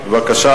בבקשה,